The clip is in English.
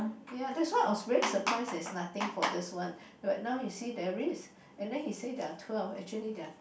ya that's why I was very surprised that there's nothing for this one but now you see there is and then he said there are twelve actually there are